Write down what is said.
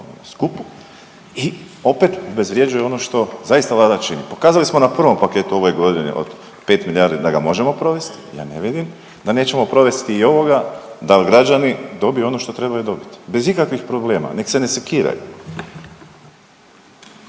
i opet obezvrjeđuju ono što zaista vlada čini. Pokazali smo na prvom paketu ove godine od 5 milijardi da ga možemo provest, ja ne vidim da nećemo provesti i ovoga da građani dobiju ono što trebaju dobiti bez ikakvih problema nek se ne sekiraju.